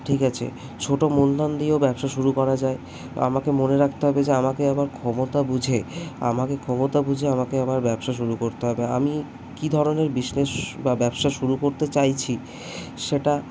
ঠিক আছে ছোটো মূলধন দিয়েও ব্যবসা শুরু করা যায় আমাকে মনে রাখতে হবে যে আমাকে আমার ক্ষমতা বুঝে আমাকে ক্ষমতা বুঝে আমাকে আমার ব্যবসা শুরু করতে হবে আমি কি ধরনের বিজনেস বা ব্যবসা শুরু করতে চাইছি সেটা